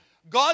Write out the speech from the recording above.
God